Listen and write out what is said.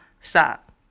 Stop